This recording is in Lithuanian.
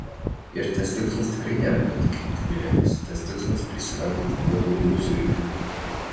ir tas tikslas tikrai nėra patikrinti bilietus tas tikslas prisigaudyti kuo daugiau zuikių